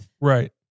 Right